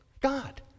God